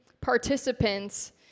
participants